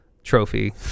Trophy